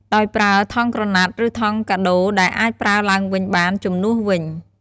ដោយប្រើ ថង់ក្រណាត់ ឬ ថង់កាដូរដែលអាចប្រើឡើងវិញបាន ជំនួសវិញ។